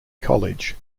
college